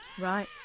Right